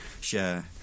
share